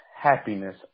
happiness